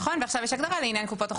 נכון ועכשיו יש הגדרה לעניין קופות החולים.